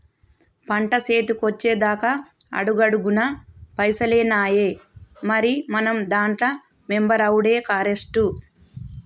పంట సేతికొచ్చెదాక అడుగడుగున పైసలేనాయె, మరి మనం దాంట్ల మెంబరవుడే కరెస్టు